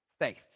Faith